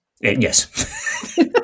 Yes